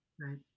right